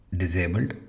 disabled